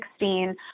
2016